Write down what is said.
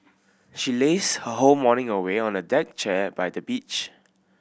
she lazed her whole morning away on a deck chair by the beach